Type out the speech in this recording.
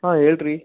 ಹಾಂ ಹೇಳ್ರೀ